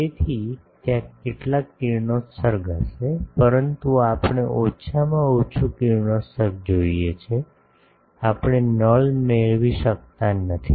તેથી ત્યાં કેટલાક કિરણોત્સર્ગ હશે પરંતુ આપણે ઓછામાં ઓછું કિરણોત્સર્ગ જોઈએ છે આપણે નલ મેળવી શકતા નથી